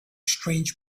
strange